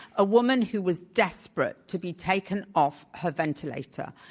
a woman who was desperate to be taken off her ventilator,